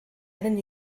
einen